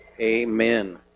Amen